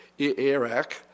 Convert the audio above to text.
Iraq